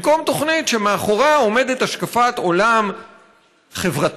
במקום תוכנית שמאחוריה עומדת השקפת עולם חברתית,